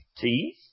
teeth